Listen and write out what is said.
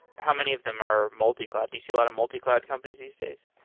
how many of them are multi-cloud? do you see a lot of multi-cloud companies these days?